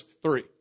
Three